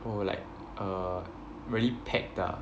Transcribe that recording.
oh like err really packed ah